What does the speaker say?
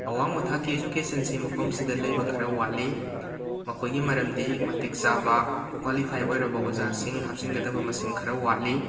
ꯑꯋꯥꯡꯕ ꯊꯥꯛꯀꯤ ꯏꯖꯨꯀꯦꯁꯟꯁꯤ ꯃꯐꯝꯁꯤꯗ ꯂꯩꯕ ꯈꯔ ꯋꯥꯠꯂꯤ ꯃꯈꯣꯏꯒꯤ ꯃꯔꯝꯗꯤ ꯃꯇꯤꯛ ꯆꯥꯕ ꯀ꯭ꯋꯥꯂꯤꯐꯥꯏ ꯑꯣꯏꯔꯕ ꯑꯣꯖꯥꯁꯤꯡ ꯍꯥꯞꯆꯤꯟꯒꯗꯕ ꯃꯁꯤꯡ ꯈꯔ ꯋꯥꯠꯂꯤ